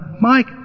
Mike